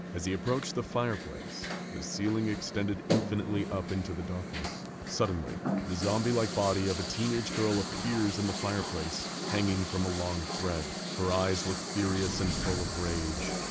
as he approached the fireplace, the ceiling extended infinitely up into the darkness. suddenly, the zombie-like body of a teenage girl appears in and the fireplace, hanging from a long thread. her eyes look furious and full of rage,